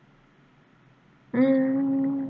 mm